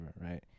Right